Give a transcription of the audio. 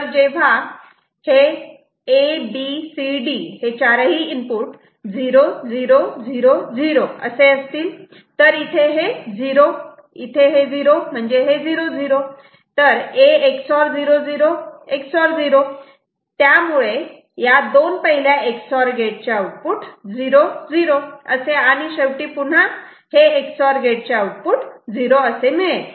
तर जेव्हा A B C D हे 0 0 0 0 असेल तर इथे हे 0 0 इथे हे 00 म्हणजे A Ex OR 00 Ex OR 0 त्यामुळे या दोन पहिल्या Ex OR गेटचे आउटपुट 0 0 असे आणि शेवटी पुन्हा Ex OR गेटचे आउटपुट झिरो असे मिळेल